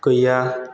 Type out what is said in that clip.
गैया